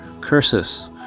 curses